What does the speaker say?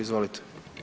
Izvolite.